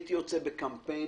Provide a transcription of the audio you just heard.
הייתי יוצא בקמפיין